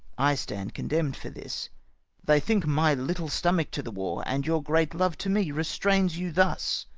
i stand condemn'd for this they think my little stomach to the war and your great love to me restrains you thus.